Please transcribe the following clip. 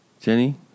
Jenny